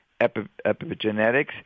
epigenetics